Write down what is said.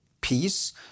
peace